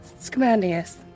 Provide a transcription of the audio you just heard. Scamandius